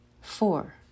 Four